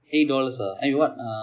eight dollars I mean what uh